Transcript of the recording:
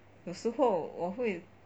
有时候我会